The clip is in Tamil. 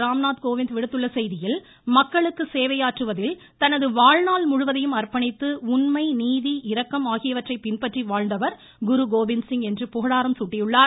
ராம்நாத் கோவிந்த் விடுத்துள்ள செய்தியில் மக்களுக்கு சேவையாற்றுவதில் தனது வாழ்நாள் முழுவதையும் அர்ப்பணித்து உண்மை நீதி இரக்கம் ஆகியவற்றை பின்பற்றி வாழ்ந்தவர் குரு கோபிந்த்சிங் என்று புகழாரம் சூட்டியுள்ளார்